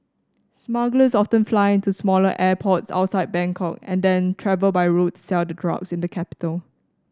smugglers often fly into smaller airports outside Bangkok and then travel by road to sell the cross in the capital